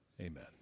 Amen